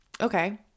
okay